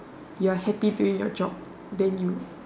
you're happy doing your job then you